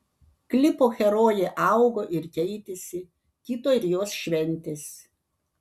klipo herojė augo ir keitėsi kito ir jos šventės